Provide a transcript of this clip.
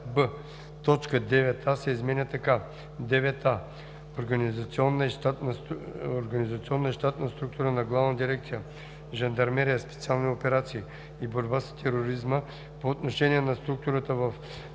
9а се изменя така: „9а. Организационна и щатна структура на Главна дирекция „Жандармерия, специални операции и борба с тероризма“ по отношение на структурата в